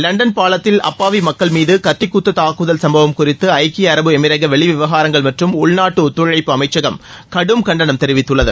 London பாலத்தில் அப்பாவி மக்கள் மீது கத்தி குத்து தாக்குதல் சுப்பவம் குறித்து ஐக்கிய அரபு எமிரக வெளி விவகாரங்கள் மற்றும் உள்நாட்டு ஒத்துழைப்பு அமைச்சகம் கடும் கண்டனம் தெரிவித்துள்ளது